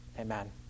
amen